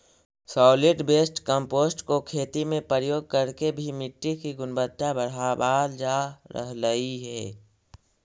solid waste compost को खेती में प्रयोग करके भी मिट्टी की गुणवत्ता बढ़ावाल जा रहलइ हे